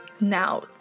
Now